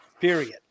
period